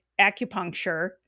acupuncture